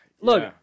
Look